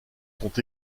sont